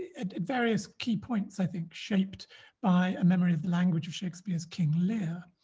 at various key points i think shaped by a memory of the language of shakespeare's king lear